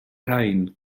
rhain